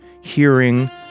hearing